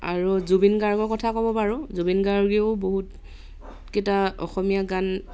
আৰু জুবিন গাৰ্গৰ কথা ক'ব পাৰোঁ জুবিন গাৰ্গেও বহুতকেইটা অসমীয়া গান